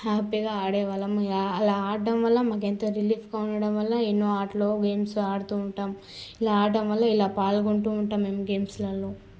హ్యాపీగా ఆడేవాళ్ళం అలా ఆడడం వల్ల మాకు ఎంత రిలీఫుగా ఉండడం వల్ల ఎన్నో ఆటలు గేమ్సు ఆడుతు ఉంటాం ఇలా అడడం వల్ల ఇలా పాల్గొంటు ఉంటాం మేము గేమ్సులల్లో